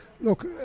look